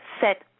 set